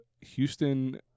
Houston